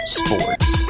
sports